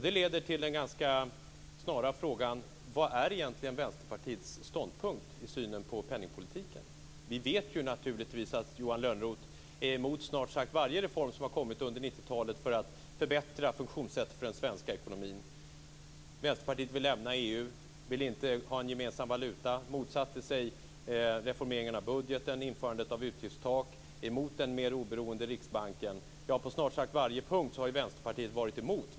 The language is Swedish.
Det leder till den snara frågan: Vad är egentligen Vänsterpartiets ståndpunkt i synen på penningpolitiken? Vi vet naturligtvis att Johan Lönnroth är emot snart sagt varje reform som har kommit under 90-talet för att förbättra funktionssättet för den svenska ekonomin. Vänsterpartiet vill lämna EU, vill inte ha en gemensam valuta, motsatte sig reformeringen av budgeten och införandet av utgiftstak samt är emot den mer oberoende Riksbanken. På snart sagt varje punkt har Vänsterpartiet varit emot.